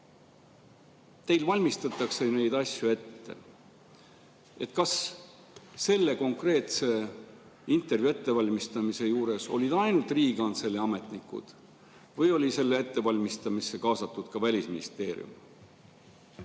Teile valmistatakse neid asju ette. Kas selle konkreetse intervjuu ettevalmistamise juures olid ainult Riigikantselei ametnikud või oli selle ettevalmistamisse kaasatud ka Välisministeerium?